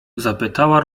zapytała